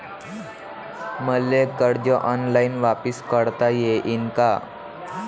मले कर्ज ऑनलाईन वापिस करता येईन का?